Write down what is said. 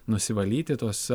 nusivalyti tuos